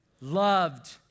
loved